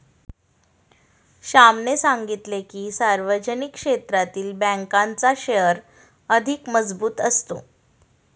श्यामने सांगितले की, सार्वजनिक क्षेत्रातील बँकांचा शेअर अधिक मजबूत असतो